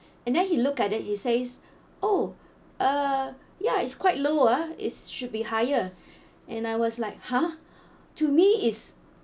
and then he looked at it he says oh uh ya it's quite low ah it should be higher and I was like !huh! to me is